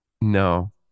No